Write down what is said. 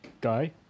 guy